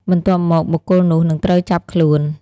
បន្ទាប់មក បុគ្គលនោះនឹងត្រូវចាប់ខ្លួន។